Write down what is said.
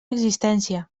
existència